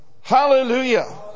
Hallelujah